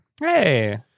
Hey